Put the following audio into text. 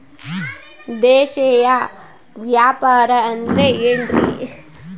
ದೇಶೇಯ ವ್ಯಾಪಾರ ಅಂದ್ರೆ ಏನ್ರಿ?